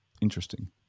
interesting